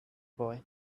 boy